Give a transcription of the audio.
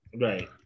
Right